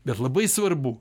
bet labai svarbu